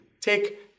Take